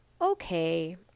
okay